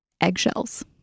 eggshells